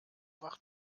wach